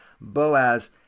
Boaz